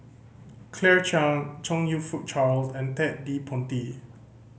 Claire Chiang Chong You Fook Charles and Ted De Ponti